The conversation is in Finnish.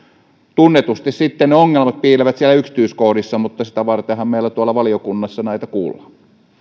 tunnetusti sitten ongelmat piilevät siellä yksityiskohdissa mutta sitä vartenhan meillä tuolla valiokunnassa näitä kuullaan